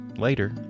Later